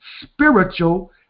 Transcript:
spiritual